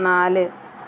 നാല്